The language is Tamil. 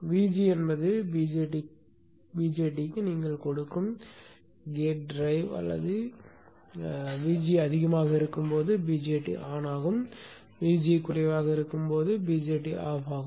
Vg என்பது BJTக்கு நீங்கள் கொடுக்கும் கேட் டிரைவ் அல்லது Vg அதிகமாக இருக்கும் போது BJT ஆன் ஆகும் Vg குறைவாக இருக்கும் போது BJT ஆஃப் ஆகும்